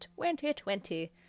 2020